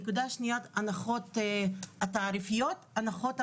הנקודה השנייה, ההנחות התעריפיות, הנחות המחזור.